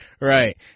right